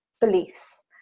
beliefs